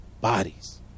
bodies